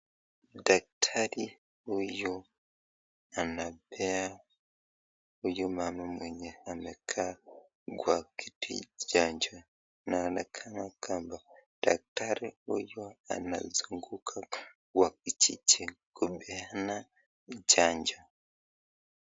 Daktari huyo anapea huyo mama mwenye amekaa kwa kiti chanjo, na anakaa kando. Daktari huyu anazunguka kwa kijiji kupeana chanjo.